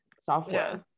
software